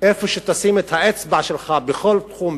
איפה שתשים את האצבע שלך בכל תחום,